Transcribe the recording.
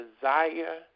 desire